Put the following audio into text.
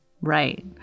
Right